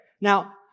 Now